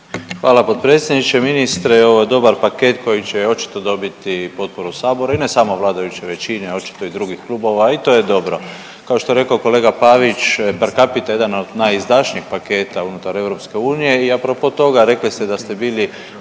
Hvala potpredsjedniče, ministre. Ovo je dobar paket koji će očito dobiti potporu Sabora i ne samo vladajuće većine, očito i drugih klubova i to je dobro. Kao što je rekao kolega Pavić per capita jedan od najizdašnijih paketa unutar EU i a propos toga rekli ste da ste bili